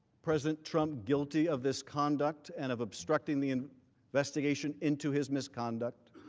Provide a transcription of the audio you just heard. president trump guilty of this conduct and of instructing the and investigation into his misconduct.